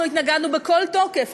אנחנו התנגדנו בכל תוקף,